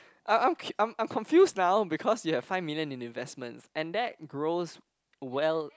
I'm I'm I'm I'm I'm confused now because you have five million in investments and that grows well